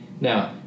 Now